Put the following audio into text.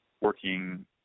working